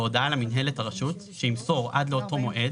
בהודעה למינהלת הרשות שימסור עד לאותו מועד,